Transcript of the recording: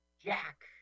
Jack